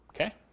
okay